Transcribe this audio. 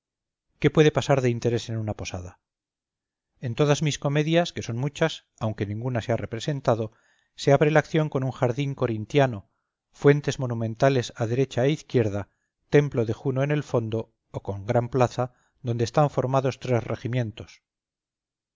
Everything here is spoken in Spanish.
qué puede pasar de interés en una posada en todas mis comedias que son muchas aunque ninguna se ha representado se abre la acción con un jardín corintiano fuentes monumentales a derecha e izquierda templo de juno en el fondo o con gran plaza donde están formados tres regimientos